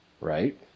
right